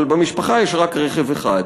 אבל במשפחה יש רק רכב אחד.